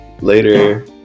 later